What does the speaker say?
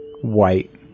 white